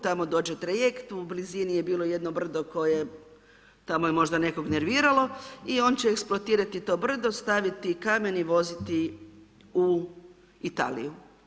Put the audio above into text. Tamo dođe trajekt, u blizini je bilo jedno brdo koje tamo je možda nekog nerviralo i on će eksploatirati to brdo, staviti kamen i voziti i Italiju.